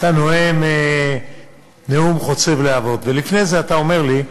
אתה נואם נאום חוצב להבות, ולפני זה אתה אומר לי,